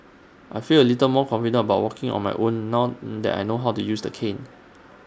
I feel A little more confident about walking on my own now that I know how to use the cane